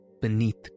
beneath